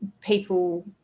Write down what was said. people